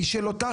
הוא של אותה